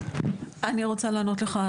אני רוצה לענות לך.